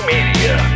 Media